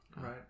right